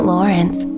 Lawrence